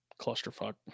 clusterfuck